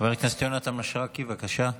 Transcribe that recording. חבר הכנסת יונתן מישרקי, בבקשה.